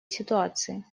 ситуации